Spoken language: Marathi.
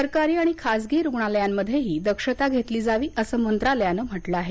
सरकारी आणि खाजगी रुग्णालयांमध्येही दक्षता घेतली जावी असं मंत्रालयानं म्हटलं आहे